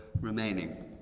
remaining